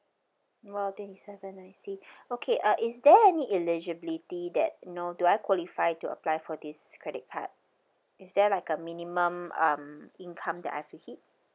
!wow! twenty seven I see okay uh is there any eligibility that you know do I qualify to apply for this credit card is there like a minimum um income the I have to hit